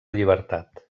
llibertat